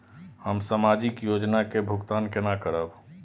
हम सामाजिक योजना के भुगतान केना करब?